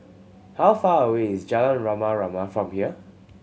how far away is Jalan Rama Rama from here